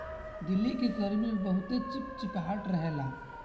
दिल्ली के गरमी में बहुते चिपचिपाहट रहेला